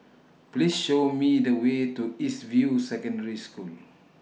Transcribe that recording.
Please Show Me The Way to East View Secondary School